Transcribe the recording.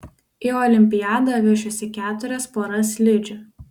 į olimpiadą vešiuosi keturias poras slidžių